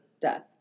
death